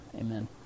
Amen